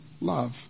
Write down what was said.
love